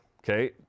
Okay